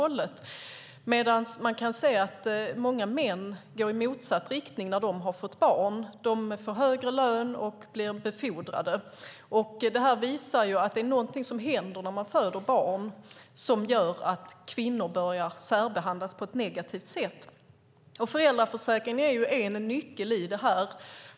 Många män går i motsatt riktning när de har fått barn. De får högre lön och blir befordrade. Detta visar att när kvinnor föder barn händer något som gör att de börjar särbehandlas på ett negativt sätt. Föräldraförsäkringen är en nyckel i detta.